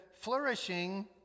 flourishing